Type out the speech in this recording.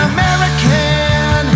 American